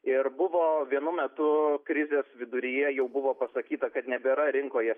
ir buvo vienu metu krizės viduryje jau buvo pasakyta kad nebėra rinkoje